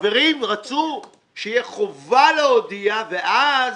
החברים רצו שתהיה חובה להודיע ואז,